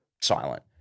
silent